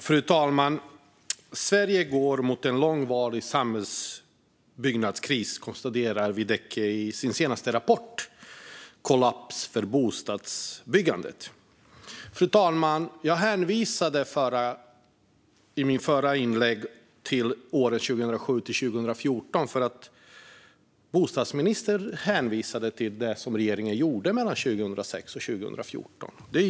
Fru talman! Sverige går mot en långvarig samhällsbyggnadskris. Det konstaterar Veidekke i sin senaste rapport, Kollaps för bostadsbyggandet . Fru talman! I mitt förra inlägg hänvisade jag till åren 2007-2014 därför att bostadsministern hänvisade till det regeringen gjorde mellan 2006 och 2014.